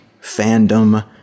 fandom